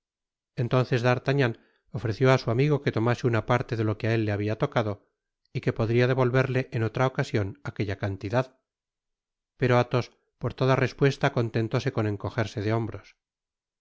entonces d'artagnan ofreció á su amigo que tomase una parte de lo que á él le habia tocado y que podria devolverle en otra ocasion aquella cantidad pero athos por toda respuesta contentóse con encogerse de hombros